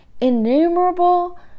innumerable